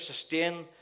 sustain